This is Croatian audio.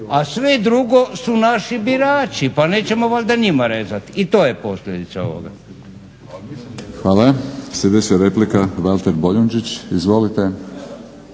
A sve drugo su naši birači. Pa nećemo valjda njima rezati. I to je posljedica ovoga. **Batinić, Milorad (HNS)** Hvala. Sljedeća replika Valter Boljunčić. Izvolite!